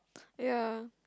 ya